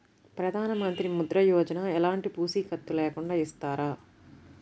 ప్రధానమంత్రి ముద్ర యోజన ఎలాంటి పూసికత్తు లేకుండా ఇస్తారా?